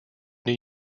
new